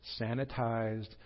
sanitized